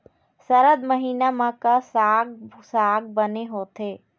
सरद महीना म का साक साग बने होथे?